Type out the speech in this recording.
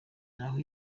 naho